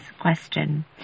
question